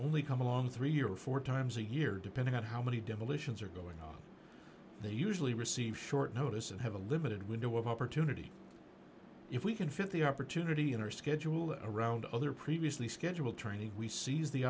only come along three or four times a year depending on how many demolitions are going on they usually receive short notice and have a limited window of opportunity if we can fit the opportunity in our schedule around other previously scheduled training we seize the